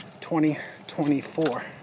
2024